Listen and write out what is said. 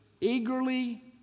Eagerly